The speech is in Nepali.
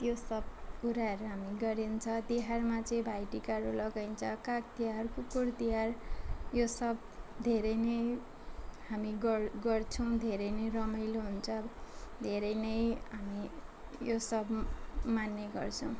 त्यो सब कुराहरू हामी गरिन्छ तिहारमा चाहिँ भाइ टिकाहरू लगाइन्छ काग तिहार कुकुर तिहार यो सब धेरै नै हामी गर् गर्छौँ धेरै नै रमाइलो हुन्छ धेरै नै हामी यो सब मान्ने गर्छौँ